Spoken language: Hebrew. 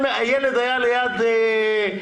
איחור, ועדיין יקבל את ההסדר הזה על ארבעה ימים.